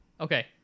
Okay